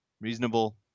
reasonable